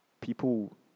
people